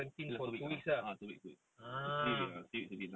just two weeks ah ah two weeks two weeks to three weeks a bit lah